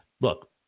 look